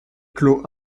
clôt